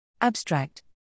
Abstract